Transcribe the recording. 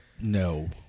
No